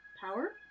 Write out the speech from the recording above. Power